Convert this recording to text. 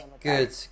Good